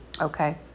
okay